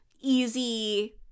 easy